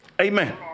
amen